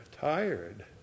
tired